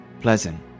pleasant